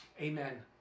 amen